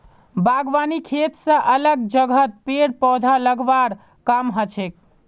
बागवानी खेत स अलग जगहत पेड़ पौधा लगव्वार काम हछेक